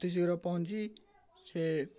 ଅତି ଶୀଘ୍ର ପହଁଞ୍ଚି ସେ